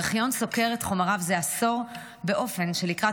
הארכיון סוקר את חומריו זה עשור באופן שלקראת